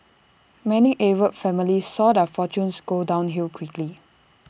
many Arab families saw their fortunes go downhill quickly